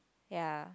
ya